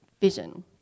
Vision